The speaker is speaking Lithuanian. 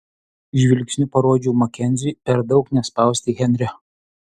žvilgsniu parodžiau makenziui per daug nespausti henrio